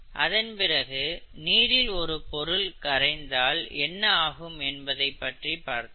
அதன் பிறகு நீரில் ஒரு பொருள் கறைந்தால் என்ன ஆகும் என்பதை பற்றி பார்த்தோம்